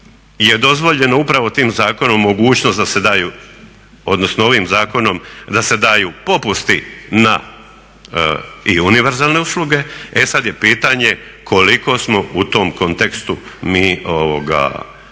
je dozvoljeno upravo tim zakonom mogućnost da se daju, odnosno ovim zakonom da se daju popusti na i univerzalne usluge. E sad je pitanje koliko smo u tom kontekstu mi slobodni,